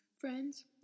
friends